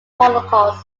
holocaust